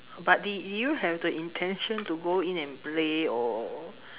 but did did you have the intention to go in and play or